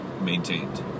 maintained